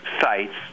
sites